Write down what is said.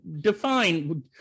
define